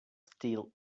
steal